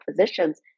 physicians